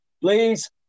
Please